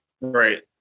Right